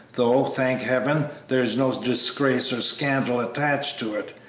though, thank heaven, there's no disgrace or scandal attached to it,